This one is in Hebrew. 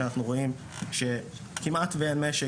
שאנחנו רואים שכמעט ואין משק,